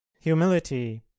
humility